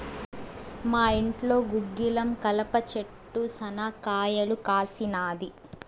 మా ఇంట్లో గుగ్గిలం కలప చెట్టు శనా కాయలు కాసినాది